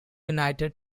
united